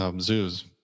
zoos